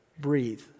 breathe